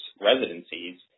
residencies